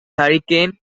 hurricane